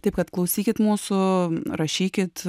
taip kad klausykit mūsų rašykit